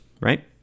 right